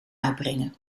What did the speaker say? uitbrengen